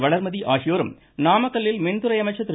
வளர்மதி ஆகியோரும் நாமக்கல்லில் மின்துறை அமைச்சர் திரு